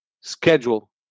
schedule